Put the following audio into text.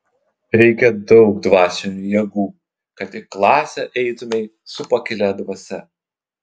reikia daug dvasinių jėgų kad į klasę eitumei su pakilia dvasia